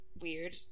weird